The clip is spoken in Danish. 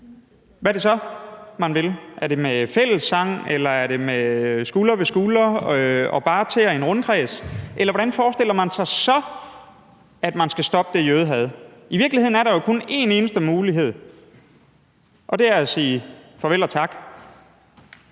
Hvad er det så, man vil? Er det med fællessang, eller er det ved at stå skulder ved skulder i bare tæer i en rundkreds, eller hvordan forestiller man sig så at man skal stoppe det jødehad? I virkeligheden er der jo kun en eneste mulighed, og det er at sige farvel og tak.